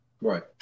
Right